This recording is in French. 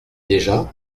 déjà